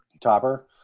Topper